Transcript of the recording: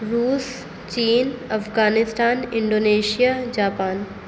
روس چین Afghanistan Indonesia Japan